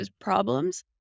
problems